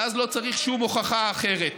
ואז לא צריך שום הוכחה אחרת,